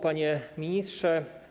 Panie Ministrze!